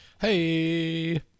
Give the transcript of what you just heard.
Hey